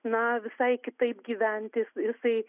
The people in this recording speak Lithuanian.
na visai kitaip gyventi jis jisai